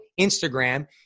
Instagram